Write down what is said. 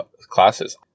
classes